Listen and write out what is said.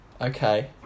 Okay